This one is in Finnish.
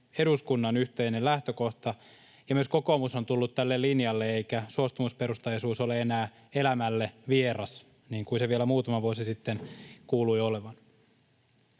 eduskunnan yhteinen lähtökohta ja myös kokoomus on tullut tälle linjalle, eikä suostumusperustaisuus ole enää elämälle vieras, niin kuin se vielä muutama vuosi sitten kuului olevan.